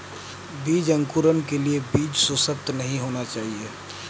बीज अंकुरण के लिए बीज सुसप्त नहीं होना चाहिए